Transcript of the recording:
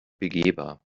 begehbar